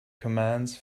commands